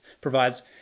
provides